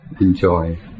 enjoy